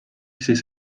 siis